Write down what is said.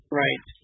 right